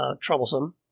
troublesome